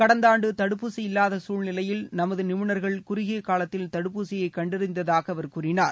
கடந்த ஆண்டு தடுப்பூசி இல்லாத குழ்நிலையில் நமது நிபுணர்கள் குறுகிய காலத்தில் தடுப்பூசியை கண்டறிந்ததாக அவர் கூறினார்